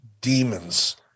demons